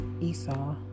Esau